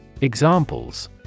Examples